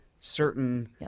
certain